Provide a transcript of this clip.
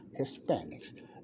Hispanics